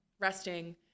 resting